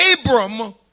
Abram